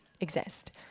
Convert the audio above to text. exist